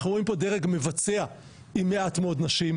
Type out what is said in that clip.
אנחנו רואים פה דרג מבצע עם מעט מאוד נשים,